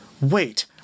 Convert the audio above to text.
wait